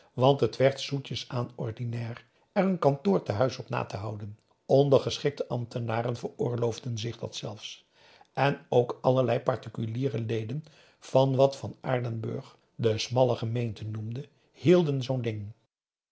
want het werd zoetjes aan ordinair er een kantoor tehuis op na te houden ondergeschikte ambtenaren veroorloofden zich dat zelfs en ook allerlei particuliere leden van wat van aardenburg de smalle gemeente noemde hielden zoo'n ding